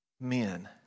Men